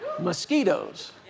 Mosquitoes